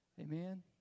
Amen